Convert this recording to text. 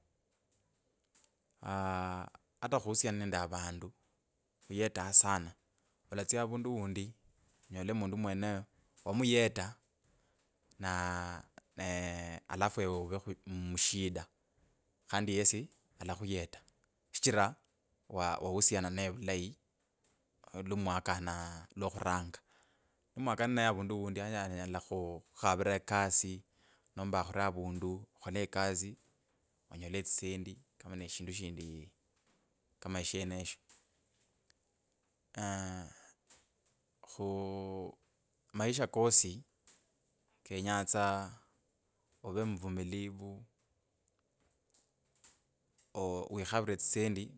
ata khuhusiana nende avandu khuyeta sana alatsya avandu undi onyole mundu mwenoyo wamuyeta na aa ne alafu ewe khu mushida khandi yesi alakhuyeta shichira wa wahusiana ninaye vulayi lumwakana lwa khuranga nimwakana naye avundu undi yani anyela khukhukhavira ekasi nomba akhuree avundu okhole ekasi onyele etsisendi kama ne shindu shindi kama esheneshyo. khu,, maisha kosi kenyaa tsa ove mvulimizu oo wikhavire etsisendi